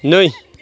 नै